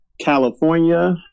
California